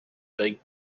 big